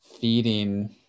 feeding